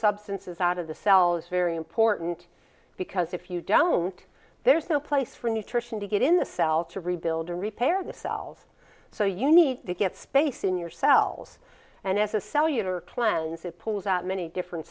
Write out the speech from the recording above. substances out of the cells very important because if you don't there's no place for nutrition to get in the cell to rebuild or repair the cells so you need to get space in your cells and as a cellular cleanse it pulls out many different